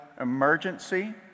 emergency